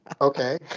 okay